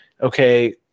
okay